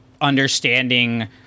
understanding